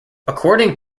according